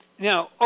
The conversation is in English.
Now